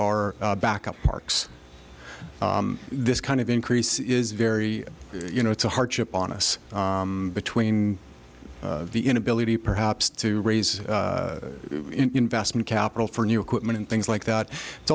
backup parks this kind of increase is very you know it's a hardship on us between the inability perhaps to raise investment capital for new equipment and things like that it's